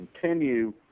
continue